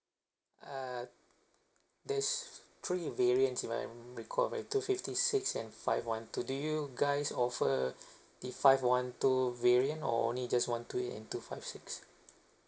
uh there's three variance if I recall by two fifty six and five one two do you guys offer the five one two variant or only just one two eight and two five six